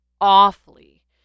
awfully